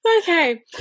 Okay